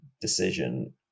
decision